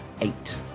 Eight